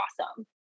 awesome